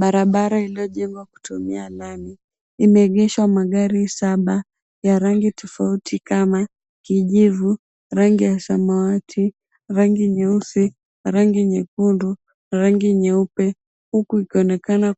Barabara iliyojengwa kutumia mawe. Imeegeshwa magari saba ya rangi tofauti kama kijivu, rangi ya samawati, rangi nyeusi, rangi nyekundu, rangi nyeupe huku ikionekana